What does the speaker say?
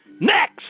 next